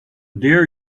dare